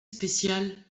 spécial